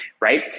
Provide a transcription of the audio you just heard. right